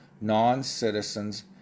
non-citizens